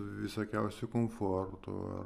visokiausių komfortų